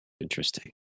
Interesting